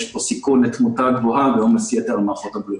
יש פה סיכון לתמותה גבוהה ועומס יתר על מערכות הבריאות.